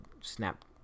snap